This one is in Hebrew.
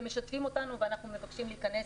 משתפים אותנו ואנחנו מבקשים להיכנס,